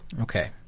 Okay